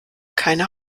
keine